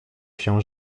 się